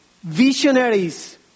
visionaries